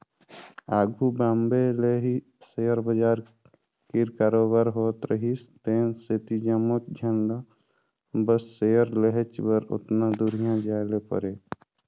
आघु बॉम्बे ले ही सेयर बजार कीर कारोबार होत रिहिस तेन सेती जम्मोच झन ल बस सेयर लेहेच बर ओतना दुरिहां जाए ले परे